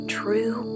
true